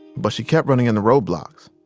but she kept running into roadblocks.